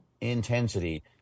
intensity